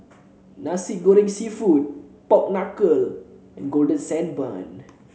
Nasi Goreng seafood Pork Knuckle and Golden Sand Bun